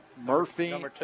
Murphy